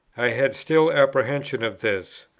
i had still apprehension of this,